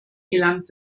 gelangt